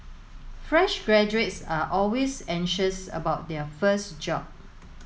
fresh graduates are always anxious about their first job